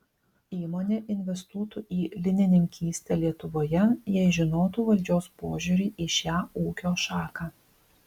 įmonė investuotų į linininkystę lietuvoje jei žinotų valdžios požiūrį į šią ūkio šaką